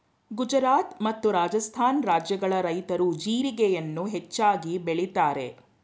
ಗುಜರಾತ್ ಮತ್ತು ರಾಜಸ್ಥಾನ ರಾಜ್ಯಗಳ ರೈತ್ರು ಜೀರಿಗೆಯನ್ನು ಹೆಚ್ಚಾಗಿ ಬೆಳಿತರೆ